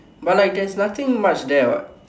but like there's nothing much there what